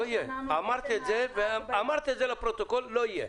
אמרת, אבל לא יהיה.